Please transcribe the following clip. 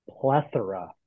plethora